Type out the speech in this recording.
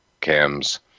Cam's